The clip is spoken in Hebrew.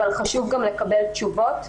אבל חשוב גם לקבל תשובות.